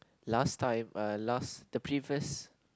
last time uh last the previous